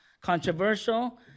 controversial